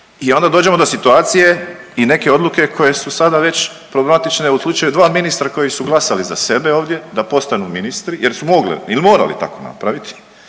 i onda dođemo do situacije i neke odluke koje su sada već problematične u slučaju dva ministra koji su glasali za sebe ovdje, da postanu ministri jer su mogli ili morali tako napraviti.